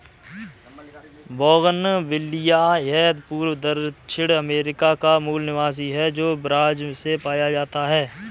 bougainvillea यह पूर्वी दक्षिण अमेरिका का मूल निवासी है, जो ब्राज़ से पाया जाता है